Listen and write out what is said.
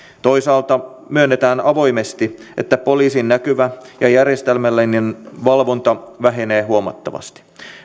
toisaalta myönnetään avoimesti että poliisin näkyvä ja järjestelmällinen valvonta vähenee huomattavasti